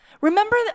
remember